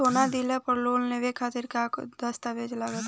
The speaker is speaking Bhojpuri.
सोना दिहले पर लोन लेवे खातिर का का दस्तावेज लागा ता?